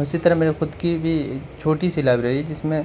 اسی طرح میری خود کی بھی چھوٹی سی لائبریری ہے جس میں